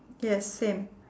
yes same